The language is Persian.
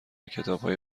کتابهای